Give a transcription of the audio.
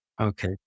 Okay